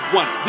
one